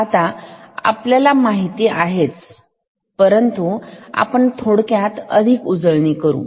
आता आपल्याला माहित आहेच परंतु आपण थोडक्यात अधिक उजळणी करू